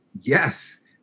yes